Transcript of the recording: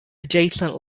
adjacent